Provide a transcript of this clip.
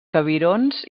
cabirons